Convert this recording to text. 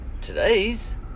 today's